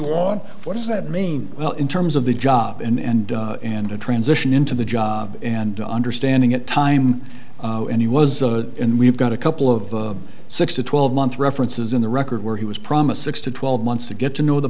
want what does that mean well in terms of the job and in a transition into the job and understanding it time and he was in we've got a couple of six to twelve months references in the record where he was promised six to twelve months to get to know the